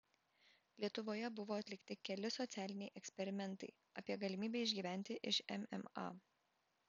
lietuvoje buvo atlikti keli socialiniai eksperimentai apie galimybę išgyventi iš mma